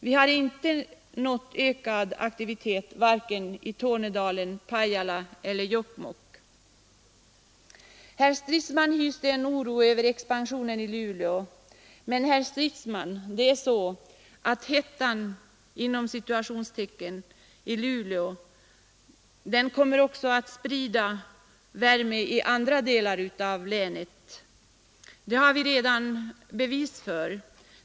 Vi har t.ex. inte kunnat åstadkomma ökad aktivitet vare sig i Tornedalen, i Pajala eller i Jokkmokk. Herr Stridsman uttryckte oro över utvecklingen i Luleå. Men, herr Stridsman, ”hettan” i Luleå kommer också att sprida värme i andra delar av länet. Det har vi redan fått bevis för.